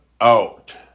out